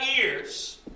ears